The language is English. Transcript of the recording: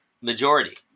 majority